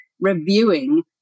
reviewing